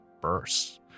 bursts